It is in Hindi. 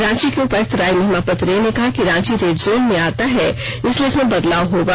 रांची के उपायुक्त राय महिमापत रे ने कहा कि रांची रेड जोन में आता है इसलिए इसमें बदलाव होगा